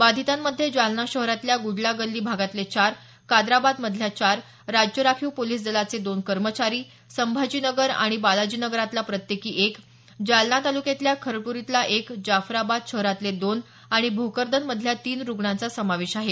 बाधितांमध्ये जालना शहरातल्या गुडलागल्ली भागातले चार कादराबादमधल्या चार राज्य राखीव पोलीस दलाचे दोन कर्मचारी संभाजीनगर आणि बालाजीनगरातला प्रत्येकी एक जालना तालुक्यातल्या खरपूडीतला एक जाफराबाद शहरातले दोन आणि भोकरदनमधल्या तीन रुग्णांचा समावेश आहे